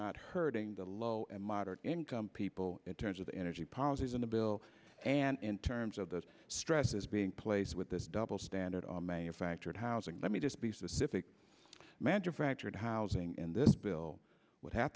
not hurting the low and moderate income people in terms of energy policies in the bill and terms of those stresses being placed with this double standard manufactured housing let me just be specific manufactured housing in this bill would have